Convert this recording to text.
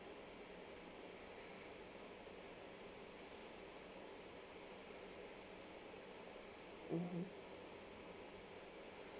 mmhmm